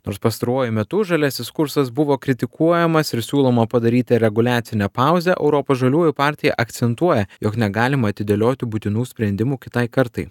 nors pastaruoju metu žaliasis kursas buvo kritikuojamas ir siūloma padaryti reguliacinę pauzę europos žaliųjų partija akcentuoja jog negalima atidėlioti būtinų sprendimų kitai kartai